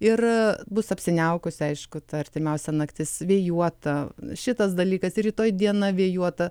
ir bus apsiniaukusi aišku ta artimiausia naktis vėjuota šitas dalykas rytoj diena vėjuota